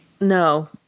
No